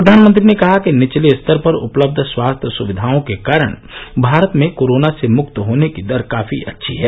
प्रधानमंत्री ने कहा कि निचले स्तर पर उपलब्ध स्वास्थ्य सविघाओं के कारण भारत में कोरोना से मृक्त होने की दर काफी अच्छी है